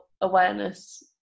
awareness